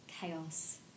chaos